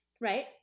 right